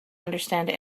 understand